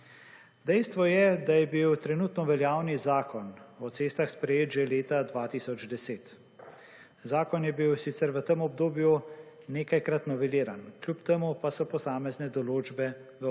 Dejstvo je, da je bil trenutno veljavni Zakon o cestah sprejet že leta 2010. Zakon je bil sicer v tem obdobju nekajkrat noveliran, kljub temu pa so posamezne določbe